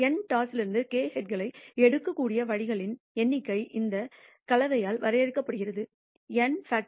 N டாஸிலிருந்து k ஹெட்களை எடுக்கக்கூடிய வழிகளின் எண்ணிக்கை இந்த கலவையால் வரையறுக்கப்படுகிறது n